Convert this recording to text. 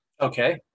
okay